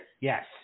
Yes